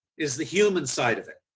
is the human side of it.